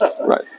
Right